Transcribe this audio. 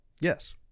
Yes